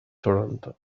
toronto